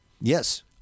Yes